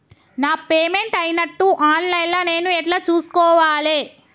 నా పేమెంట్ అయినట్టు online లా నేను ఎట్ల చూస్కోవాలే?